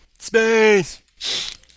Space